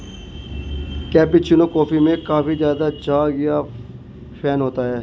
cappuccino coffee में काफी ज़्यादा झाग या फेन होता है